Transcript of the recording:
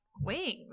wings